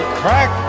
crack